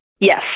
yes